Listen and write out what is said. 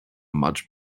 much